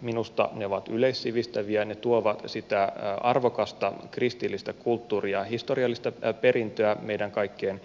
minusta ne ovat yleissivistäviä ne tuovat sitä arvokasta kristillistä kulttuuria ja historiallista perintöä meidän kaikkien